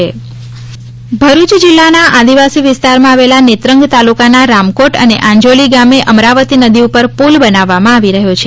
પુલ ભરૂચ ભરૂચ જીલ્લાના આદિવાસી વિસ્તારમાં આવેલા નેત્રંગ તાલુકાના રામકોટ અને આંજોલી ગામે અમરાવતી નદી ઉપર પુલ બનાવવામાં આવી રહ્યો છે